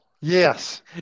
Yes